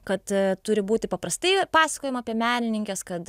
kad turi būti paprastai pasakojama apie menininkes kad